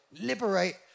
liberate